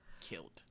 killed